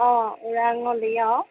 অ' ওৰাংলৈ অ'